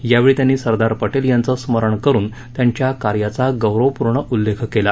यावेळी त्यांनी सरदार पटेल यांचं स्मरण करुन त्यांच्या कार्याचा गौरवपूर्ण उल्लेख केला